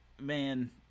man